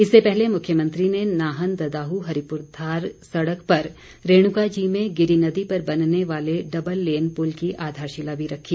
इससे पहले मुख्यमंत्री ने नाहन ददाहू हरिपुरधार सड़क पर रेणुका जी में गिरी नदी पर बनने वाले डबललेन पुल की आधारशिला भी रखी